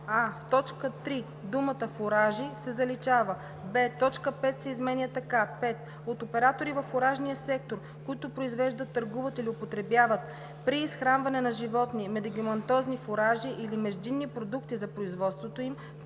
а) в т. 3 думата „фуражи“ се заличава; б) точка 5 се изменя така: „5. от оператори във фуражния сектор, които произвеждат, търгуват или употребяват при изхранване на животни медикаментозни фуражи или междинни продукти за производството им.“